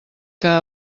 que